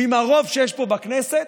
ועם הרוב שיש פה בכנסת,